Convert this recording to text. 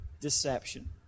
deception